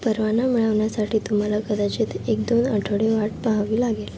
परवाना मिळवण्यासाठी तुम्हाला कदाचित एक दोन आठवडे वाट पाहावी लागेल